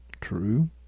True